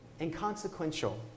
inconsequential